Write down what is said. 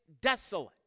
desolate